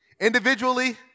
individually